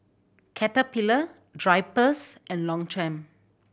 Caterpillar Drypers and Longchamp